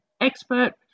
expert